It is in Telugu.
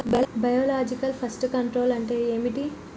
బయోలాజికల్ ఫెస్ట్ కంట్రోల్ అంటే ఏమిటి?